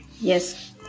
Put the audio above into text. Yes